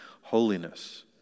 holiness